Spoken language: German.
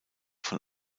von